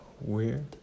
weird